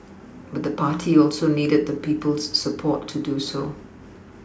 but the party also needed the people's support to do so